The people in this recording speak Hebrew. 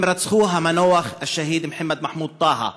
הם רצחו את המנוח השהיד מוחמד מחמוד טאהא.